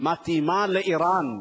מתאימה לאירן.